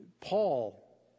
Paul